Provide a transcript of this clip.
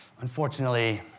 unfortunately